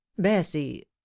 bessie